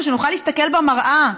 לעצמנו, שנוכל להסתכל במראה,